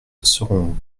seront